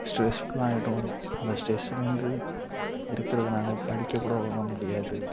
ஸ்ட்ரெஸ்க்கு ஆயிடும் அந்த ஸ்ட்ரெஸ்லேருந்து இருக்கிறதுனால படிக்க கூட ஒழுங்காக முடியாது